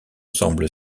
semble